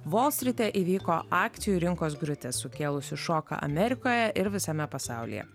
vos ryte įvyko akcijų rinkos griūtis sukėlusi šoką amerikoje ir visame pasaulyje